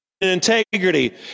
integrity